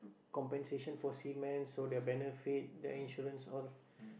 compensation for cement so their benefit their insurance all